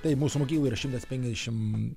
taip mūsų mokykloj yra šimtas penkiasdešim